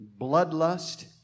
bloodlust